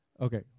Okay